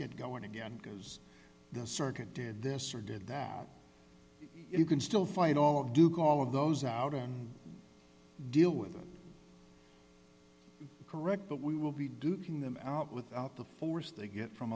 get going again because the circuit did this or did that you can still find all do go all of those out and deal with the correct but we will be duking them out without the force they get from